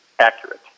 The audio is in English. accurate